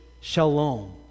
shalom